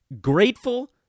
grateful